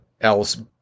else